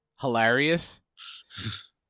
hilarious